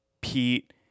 Pete